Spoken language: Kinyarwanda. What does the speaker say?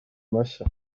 mashya